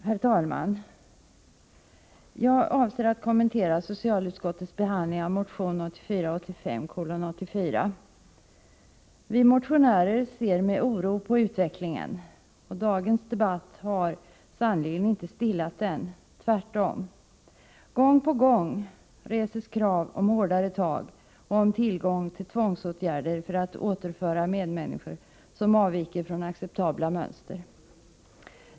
Herr talman! Jag avser att kommentera socialutskottets behandling av motion 1984/85:84. Vi motionärer ser med oro på utvecklingen. Dagens debatt har sannerligen inte stillat oron. Gång på gång reses krav på hårdare tag och på tillgång till tvångsåtgärder för att återföra människor som avviker från acceptabla mönster.